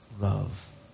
love